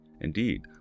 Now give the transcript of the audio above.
Indeed